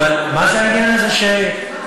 אבל מה זה העניין הזה שאנשים,